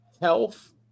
health